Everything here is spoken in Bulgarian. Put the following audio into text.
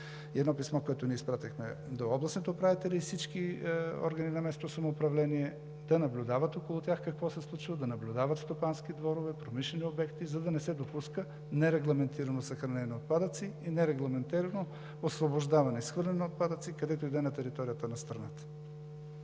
едно писмо, което изпратихме до областните управители и всички органи на местно самоуправление – те да наблюдават какво се случва около тях, да наблюдават стопански дворове и промишлени обекти, за да не се допуска нерегламентирано съхранение на отпадъци и нерегламентирано освобождаване, изхвърляне на отпадъци където и да е на територията на страната.